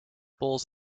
balls